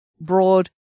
broad